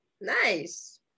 nice